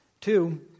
Two